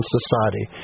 Society